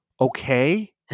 okay